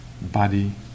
body